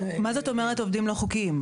עובדים לא חוקיים?